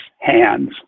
hands